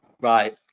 Right